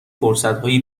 فرصتهای